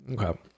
Okay